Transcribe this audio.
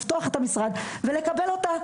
לפתוח את המשרד ולקבל אותה.